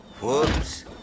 Whoops